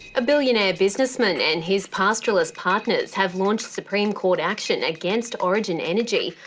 a billionaire businessman and his pastoralist partners have launched supreme court action against origin energy,